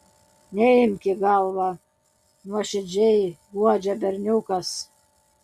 neimk į galvą nuoširdžiai guodžia berniukas